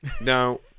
Now